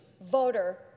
voter